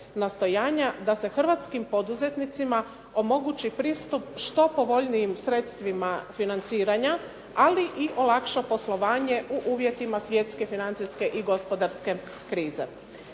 nastojanja da se Hrvatskim poduzetnicima omogući pristup što povoljnijim sredstvima financiranja ali i olakša poslovanje u uvjetima svjetske, financijske i ekonomske krize.